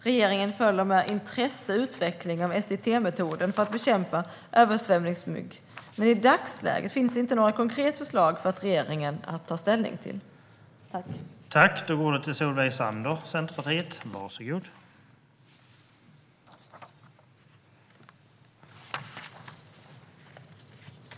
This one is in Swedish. Regeringen följer med intresse utvecklingen av SIT-metoden för att bekämpa översvämningsmygg, men i dagsläget finns det inte något konkret förslag för regeringen att ta ställning till. Andre vice talmannen meddelade att Mikael Oscarsson, som framställt interpellationen, anmält att han var förhindrad att delta i överläggningen.